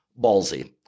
Ballsy